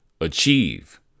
Achieve